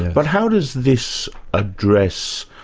but how does this address